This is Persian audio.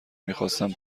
میخواستم